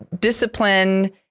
discipline